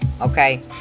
Okay